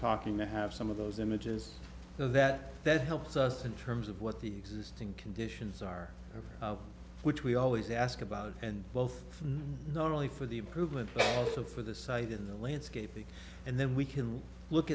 talking to have some of those images so that that helps us in terms of what the existing conditions are which we always ask about and both from not only for the improvement but also for the site in the landscaping and then we can look